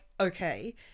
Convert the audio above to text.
okay